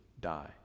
die